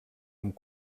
amb